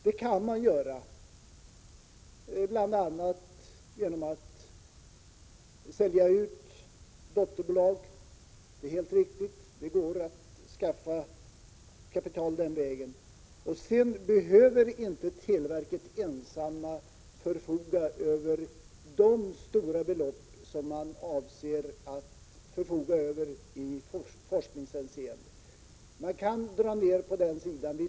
Det kan man göra bl.a. genom att sälja ut dotterbolag — det är helt riktigt att det går att skaffa kapital den vägen. Men televerket behöver inte heller ensamt förfoga över de stora belopp som man avser att lägga på forskning. Man kan dra ned på den sidan.